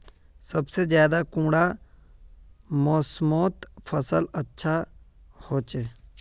सबसे ज्यादा कुंडा मोसमोत फसल अच्छा होचे?